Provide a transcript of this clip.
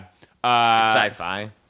sci-fi